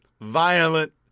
violent